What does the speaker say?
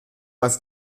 als